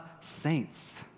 saints